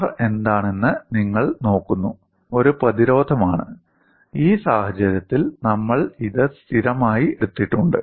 R എന്താണെന്ന് നിങ്ങൾ നോക്കുന്നു ഒരു പ്രതിരോധമാണ് ഈ സാഹചര്യത്തിൽ നമ്മൾ ഇത് സ്ഥിരമായി എടുത്തിട്ടുണ്ട്